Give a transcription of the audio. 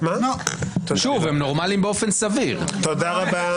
בין אם שיקולים מפלגתיים ובין אם